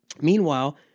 Meanwhile